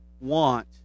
want